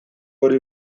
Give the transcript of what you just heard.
hori